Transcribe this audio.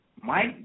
Mike